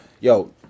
yo